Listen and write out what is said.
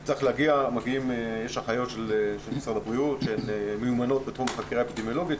יש אחיות של משרד הבריאות שהן מיומנות בתחום חקירה אפידמיולוגית.